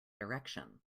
direction